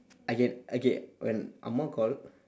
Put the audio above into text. I get I get when amma call